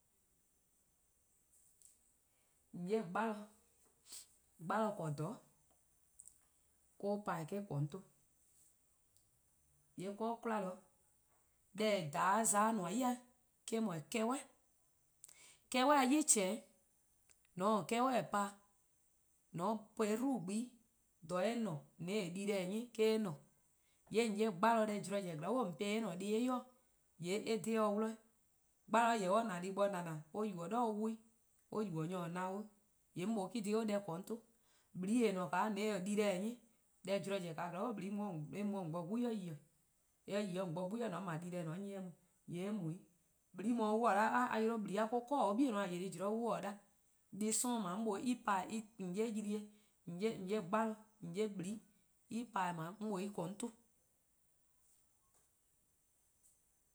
:On 'ye gbalor, gbalor :korn :dhororn' or :pa-dih-eh :korn 'on 'ton. :yee' 'de 'kwla, deh :eh :korn-a :dhaa: :za-eh :nmor-a 'yi-dih eh-: 'dhu 'kehbeh'-'. 'kehbeh-a 'yli chehn-dih-' 'weh, :mor :on :taa 'kehbeh' pa-dih, :mor :on po-eh dubu' gben-', :dha eh :ne-a :mor :on taa-eh dii-deh+-a 'nyi, :yee' 'do eh :ne. :yee' :on 'ye 'gbalor deh zorn zen-a zorn bo :on po 'o or-: dih 'do or ybei' dih :yee' or :dhe 'o dih. 'Gbalor-a :yeh :na dih bo :na :na or yubo: :dha or 'wluh-a 'weh, or yubo: nyor :or na-dih-or 'weh, :yee' 'mor mlor eh-: :korn dhih or deh :korn 'o 'ton. :blii' :eh :ne-a :mor :on taa-eh dii-deh+ 'nyi, deh zorn zen-a zorn bo :blii-a mu :on bo 'gbu 'worn 'i yi, :mor eh yi 'o 'gbu worn 'i :mor :on 'ble dii-deh :on 'nyi-eh eh on :yee' eh mu. :blii' mor on se :ao a 'yle :blii'-a me-: kor-dih or 'bei'-a :belih zean 'o on se :ao 'da. Deh 'sorn :dao' :mor mlor en :pa-dih-eh, :an 'ye 'ylee: on 'ye 'gbalor :on 'ye :blii' en pa-dih-eh 'mor mlor eh :korn 'on 'ton